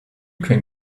can